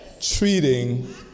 treating